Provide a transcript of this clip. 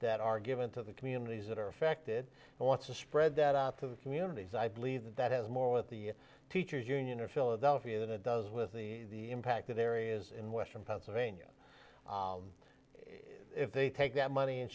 that are given to the communities that are affected and want to spread that out to the communities i believe that has more with the teachers union or philadelphia than it does with the impacted areas in western pennsylvania if they take that money and